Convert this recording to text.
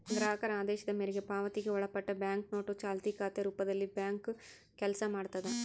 ಗ್ರಾಹಕರ ಆದೇಶದ ಮೇರೆಗೆ ಪಾವತಿಗೆ ಒಳಪಟ್ಟಿ ಬ್ಯಾಂಕ್ನೋಟು ಚಾಲ್ತಿ ಖಾತೆ ರೂಪದಲ್ಲಿಬ್ಯಾಂಕು ಕೆಲಸ ಮಾಡ್ತದ